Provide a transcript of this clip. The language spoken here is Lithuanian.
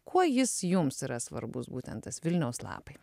kuo jis jums yra svarbus būtent tas vilniaus lapai